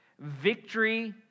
victory